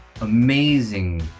amazing